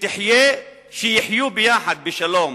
שיחיו ביחד בשלום,